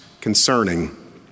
concerning